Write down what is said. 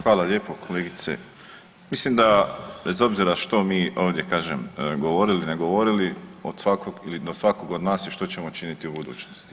Hvala lijepo kolegice, mislim da bez obzira što mi ovdje kažem govorili, ne govorili od svakog ili do svakog od nas je što ćemo činiti u budućnosti.